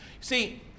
See